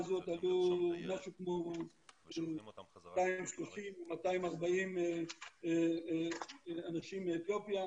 הזאת עלו משהו כמו 230 או 240 אנשים מאתיופיה.